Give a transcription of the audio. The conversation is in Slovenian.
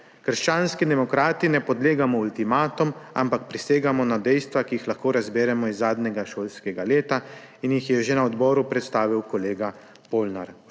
Krščanski demokrati ne podlegamo ultimatom, ampak prisegamo na dejstva, ki jih lahko razberemo iz zadnjega šolskega leta in jih je že na odboru predstavil kolega Polnar.